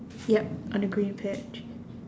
yup on the green patch